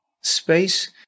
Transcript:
space